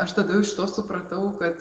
aš tada jau iš to supratau kad